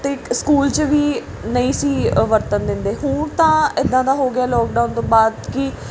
ਅਤੇ ਇੱਕ ਸਕੂਲ 'ਚ ਵੀ ਨਹੀਂ ਸੀ ਅ ਵਰਤਣ ਦਿੰਦੇ ਹੁਣ ਤਾਂ ਇੱਦਾਂ ਦਾ ਹੋ ਗਿਆ ਲੋਕਡਾਊਨ ਤੋਂ ਬਾਅਦ ਕਿ